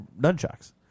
nunchucks